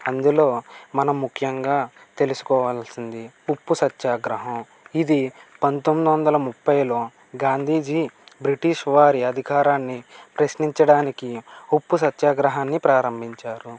అందులో మనం ముఖ్యంగా తెలుసుకోవాల్సింది ఉప్పు సత్యాగ్రహం ఇది పంతొమ్మిదొందల ముప్పైలో గాంధీజీ బ్రిటిష్ వారి అధికారాన్ని ప్రశ్నించడానికి ఉప్పు సత్యాగ్రహాన్ని ప్రారంభించారు